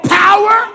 power